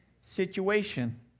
situation